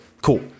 Cool